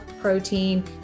protein